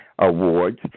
awards